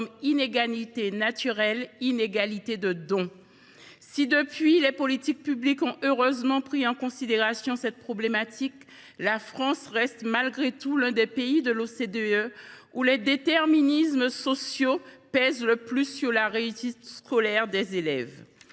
inégalités naturelles, inégalités de dons ». Très bien ! Si, depuis, les politiques publiques ont heureusement pris en considération cette problématique, la France reste malgré tout l’un des pays de l’OCDE où les déterminismes sociaux pèsent le plus sur la réussite scolaire des élèves.